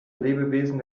lebewesen